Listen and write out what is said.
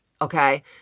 Okay